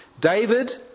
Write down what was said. David